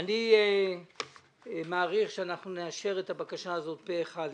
אני מעריך שאנחנו נאשר את הבקשה הזאת פה אחד,